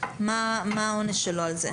מה העונש שלו על זה?